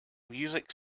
music